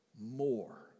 more